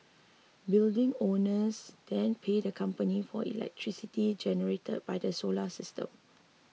building owners then pay the company for electricity generated by the solar system